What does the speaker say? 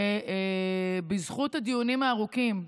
ובזכות הדיונים הארוכים,